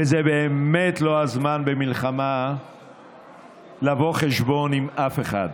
וזה באמת לא הזמן במלחמה לבוא חשבון עם אף אחד.